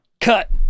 Cut